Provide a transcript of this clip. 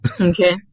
Okay